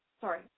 Sorry